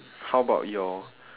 how about your